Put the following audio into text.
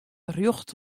rjocht